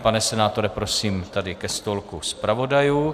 Pane senátore, prosím, tady ke stolku zpravodajů.